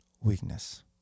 weakness